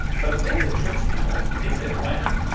but the thing that tricks people is that when,